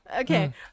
okay